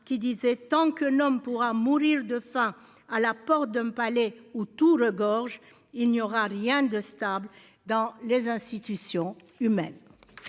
qui disait, tant que l'homme pourra mourir de faim à la porte d'un palais où tout regorgent. Il n'y aura rien de stable dans les institutions humaines.